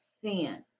sin